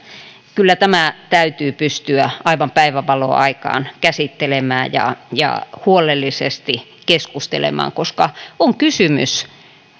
kyllä tämä täytyy pystyä aivan päivänvalon aikaan käsittelemään ja ja huolellisesti keskustelemaan koska on kysymys